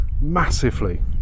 massively